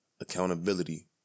accountability